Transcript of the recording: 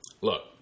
Look